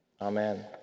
amen